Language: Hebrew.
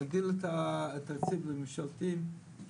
להגדיל את התקציב לממשלתיים,